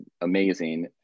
amazing